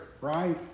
right